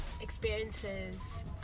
experiences